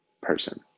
person